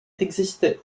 existait